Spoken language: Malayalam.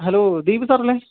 ഹലോ ഹലോ ദീപു സാറല്ലേ